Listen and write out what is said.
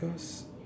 cause